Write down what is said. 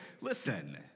listen